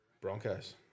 Broncos